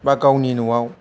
बा गावनि न'आव